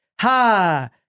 ha